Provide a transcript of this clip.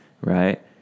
right